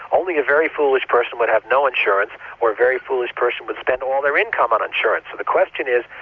only a very foolish person would have no insurance or a very foolish person would spend all their income on insurance. so the question is,